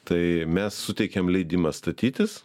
tai mes suteikiam leidimą statytis